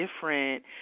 different